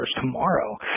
tomorrow